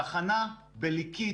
תחנה בליקית,